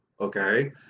Okay